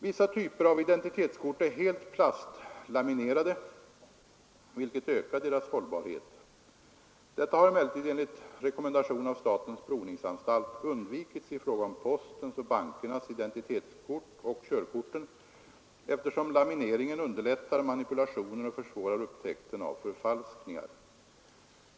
Vissa typer av identitetskort är helt plastlaminerade, vilket ökar deras hållbarhet. Detta har emellertid enligt rekommendation av statens provningsanstalt undvikits i fråga om postens och bankernas identitetskort och körkorten, eftersom lamineringen underlättar manipulationer och försvårar upptäckten av förfalskningar.